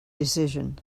decision